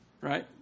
right